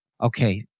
Okay